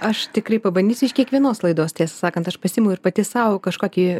aš tikrai pabandysiu iš kiekvienos laidos tiesą sakant aš pasiimu ir pati sau kažkokį